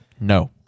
No